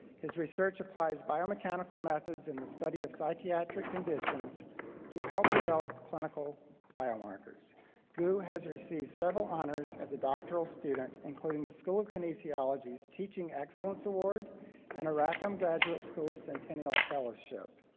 his research applies biomechanical methods in the study of psychiatric conditions to help develop clinical biomarkers goo has received several honors as a doctoral student, including the school of kinesiology's teaching excellence award and a rackham graduate school centennial fellowship.